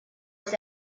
his